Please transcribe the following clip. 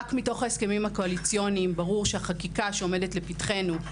רק מתוך ההסכמים הקואליציוניים ברור שהחקיקה שעומדת לפתחנו,